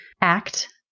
act